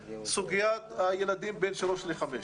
סוגיית הילדים בגיל שלוש עד חמש.